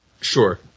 sure